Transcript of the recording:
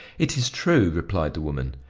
it is true, replied the woman.